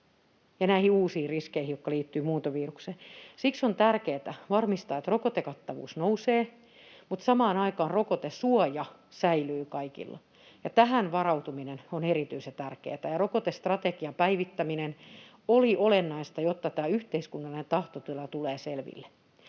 ja näihin uusiin riskeihin, jotka liittyvät muuntovirukseen. Siksi on tärkeätä varmistaa, että rokotekattavuus nousee mutta samaan aikaan rokotesuoja säilyy kaikilla, ja tähän varautuminen on erityisen tärkeätä. Rokotestrategian päivittäminen oli olennaista, jotta tämä yhteiskunnallinen tahtotila tulee selville.